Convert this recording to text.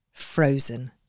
Frozen